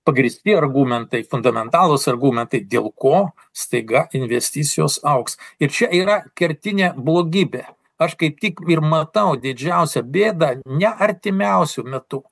pagrįsti argumentai fundamentalūs argumentai dėl ko staiga investicijos augs ir čia yra kertinė blogybė aš kaip tik ir matau didžiausią bėdą ne artimiausiu metu